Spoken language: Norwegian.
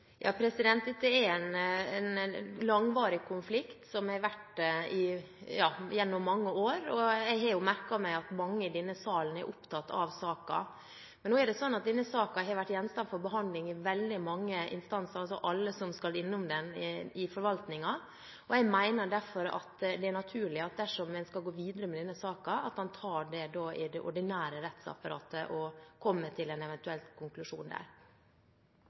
Dette er en langvarig konflikt, som har vart gjennom mange år, og jeg har merket meg at mange i denne salen er opptatt av saken. Men nå er det slik at denne saken har vært gjenstand for behandling i veldig mange instanser – alle som skal innom den i forvaltningen. Jeg mener derfor at det er naturlig at en dersom en skal gå videre med denne saken, tar det i det ordinære rettsapparatet og kommer til en eventuell konklusjon der.